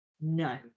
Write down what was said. No